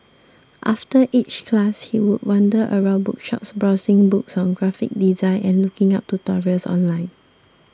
after each class he would wander around bookshops browsing books on graphic design and looking up tutorials online